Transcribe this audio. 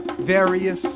various